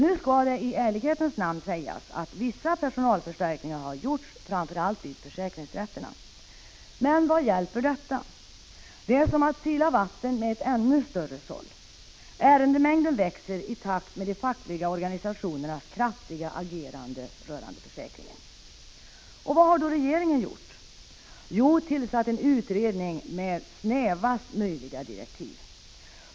Nu skall det i ärlighetens namn sägas att vissa personalförstärkningar har gjorts, framför allt vid försäkringsrätterna. Men vad hjälper detta? Det är som att sila vatten med ett ännu större såll. Ärendemängden växer i takt med de fackliga organisationernas kraftiga agerande rörande försäkringen. Vad har då regeringen gjort? Jo, regeringen har tillsatt en utredning med snävaste möjliga direktiv!